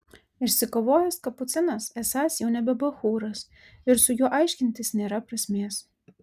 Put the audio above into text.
išsikovojęs kapucinas esąs jau nebe bachūras ir su juo aiškintis nėra prasmės